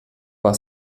war